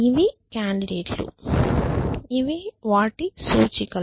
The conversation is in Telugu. ఇవి కాండిడేట్ లు ఇవి వాటి సూచికలు